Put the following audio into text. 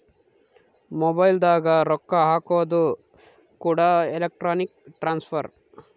mobile ದಾಗ ರೊಕ್ಕ ಹಾಕೋದು ಕೂಡ ಎಲೆಕ್ಟ್ರಾನಿಕ್ ಟ್ರಾನ್ಸ್ಫರ್